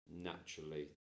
naturally